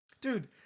dude